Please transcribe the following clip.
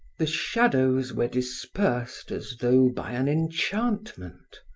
the shadows were dispersed as though by an enchantment.